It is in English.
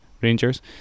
Rangers